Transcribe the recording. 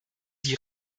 die